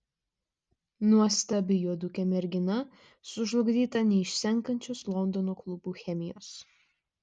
nuostabi juodukė mergina sužlugdyta neišsenkančios londono klubų chemijos